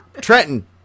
Trenton